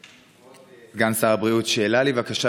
כבוד סגן שר הבריאות, שאלה לי, בבקשה.